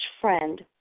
friend